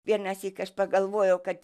vienąsyk aš pagalvojau kad